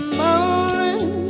morning